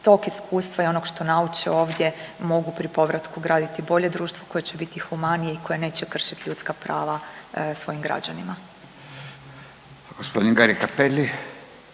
tog iskustva i onog što nauče ovdje mogu pri povratku graditi bolje društvo koje će biti humanije i koje neće kršiti ljudska prava svojim građanima. **Radin, Furio